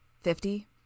Fifty